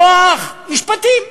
כוח, משפטים.